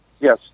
Yes